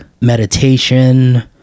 meditation